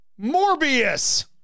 Morbius